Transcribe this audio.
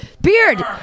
beard